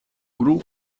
gru